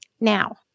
Now